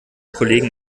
kollegen